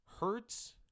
Hertz